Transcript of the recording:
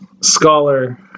scholar